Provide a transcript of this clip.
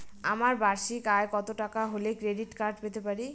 আমার বার্ষিক আয় কত টাকা হলে ক্রেডিট কার্ড পেতে পারি?